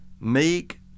meek